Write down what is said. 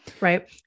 right